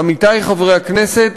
עמיתי חברי הכנסת,